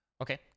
Okay